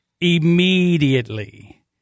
immediately